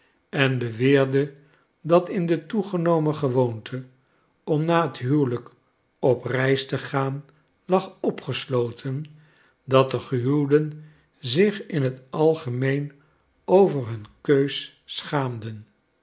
en beweerde dat in de toegenomen gewoonte om na het huwelijk op reis te gaan lag opgesloten dat de gehuwden zich in het algemeen over hun keus schaamden